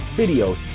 videos